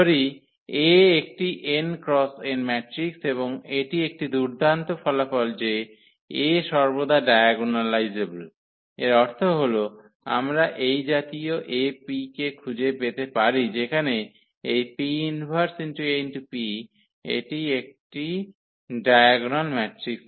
ধরি A একটি 𝑛 × 𝑛 matrix এবং এটি একটি দুর্দান্ত ফলাফল যে A সর্বদা ডায়াগোনালাইজেবল এর অর্থ হল আমরা এই জাতীয় A P কে খুঁজে পেতে পারি যেখানে এই P−1𝐴𝑃 টি একটি ডায়াগোনাল ম্যাট্রিক্স